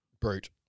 Brute